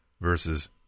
versus